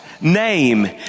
name